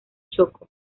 chocó